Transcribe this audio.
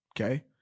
Okay